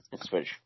Switch